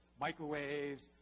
microwaves